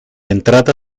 entrada